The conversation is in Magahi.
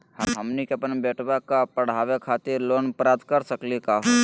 हमनी के अपन बेटवा क पढावे खातिर लोन प्राप्त कर सकली का हो?